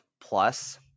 plus